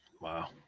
Wow